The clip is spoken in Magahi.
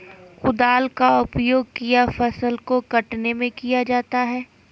कुदाल का उपयोग किया फसल को कटने में किया जाता हैं?